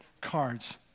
cards